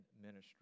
ministry